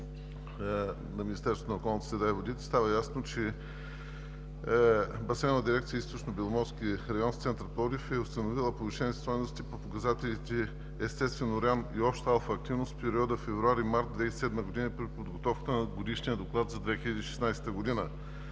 Министър на околната среда и водите, става ясно, че Басейнова дирекция „Източнобеломорски район“ с център Пловдив е установила повишени стойности по показателите естествен уран и обща алфа-активност в периода февруари – март 2007 г. при подготовката на Годишния доклад за 2016 г.